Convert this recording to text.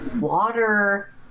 water